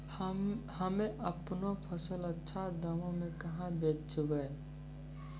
हम्मे आपनौ फसल अच्छा दामों मे कहाँ बेचबै?